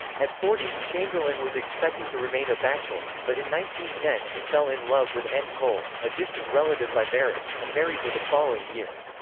at forty, chamberlain was expecting to remain a bachelor, but in one ten he fell in love with anne cole, a distant relative by marriage, and married her the following year.